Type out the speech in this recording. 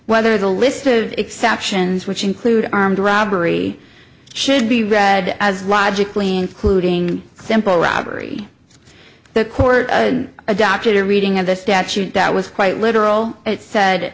whether the list of exceptions which include armed robbery should be read as logically including simple robbery the court adopted a reading of the statute that was quite literal it said